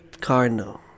cardinal